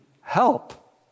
help